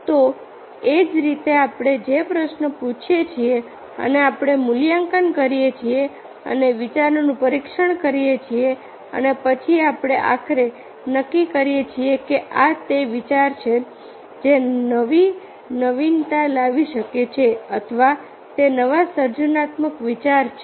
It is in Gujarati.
તો એ જ રીતે આપણે જે પ્રશ્ન પૂછીએ છીએ અને આપણે મૂલ્યાંકન કરીએ છીએ અને વિચારોનું પરીક્ષણ કરીએ છીએ અને પછી આપણે આખરે નક્કી કરીએ છીએ કે આ તે વિચાર છે જે નવી નવીનતા લાવી શકે છે અથવા તે નવા સર્જનાત્મક વિચારો છે